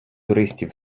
туристів